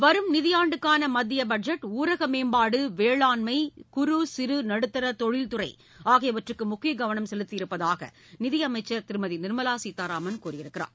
வரும் நிதியாண்டுக்கான மத்திய பட்ஜெட் ஊரக மேம்பாடு வேளாண்மை குறு சிறு நடுத்தர தொழில்துறை ஆகியவற்றுக்கு முக்கிய கவனம் செலுத்தியிருப்பதாக நிதியமைச்சர் திருமதி நிர்மலா சீதாராமன் கூறியிருக்கிறார்